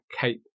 cape